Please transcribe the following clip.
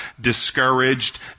discouraged